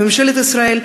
לממשלת ישראל,